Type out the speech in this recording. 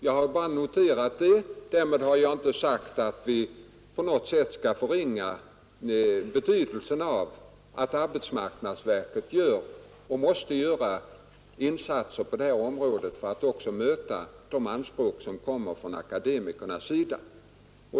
Jag bara noterar det — därmed har jag inte sagt att vi skall förringa betydelsen av att arbetsmarknadsverket gör och måste göra insatser på detta område för att tillgodose också de anspråk som akademikerna har.